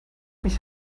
mich